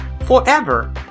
forever